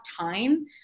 time